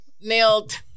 nailed